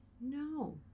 No